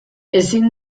ezin